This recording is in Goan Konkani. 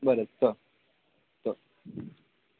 बरें चल चल